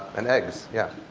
and eggs. yeah.